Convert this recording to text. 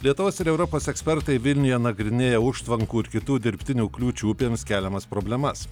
lietuvos ir europos ekspertai vilniuje nagrinėja užtvankų ir kitų dirbtinių kliūčių upėms keliamas problemas